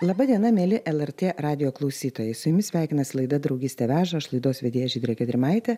laba diena mieli lrt radijo klausytojai su jumis sveikinasi laida draugystė veža aš laidos vedėja žydrė gedrimaitė